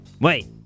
Wait